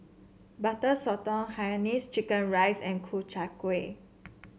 Butter Sotong Hainanese Chicken Rice and Ku Chai Kuih